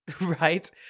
Right